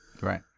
Right